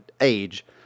age